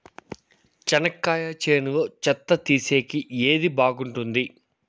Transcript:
చెనక్కాయ చేనులో చెత్త తీసేకి ఏది బాగుంటుంది?